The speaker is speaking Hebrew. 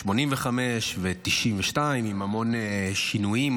1985 ו-1992, עם המון שינויים.